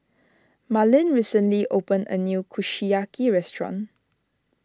Marlin recently opened a new Kushiyaki restaurant